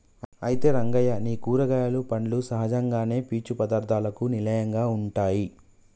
అయితే రంగయ్య నీ కూరగాయలు పండ్లు సహజంగానే పీచు పదార్థాలకు నిలయంగా ఉంటాయి